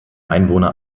einwohner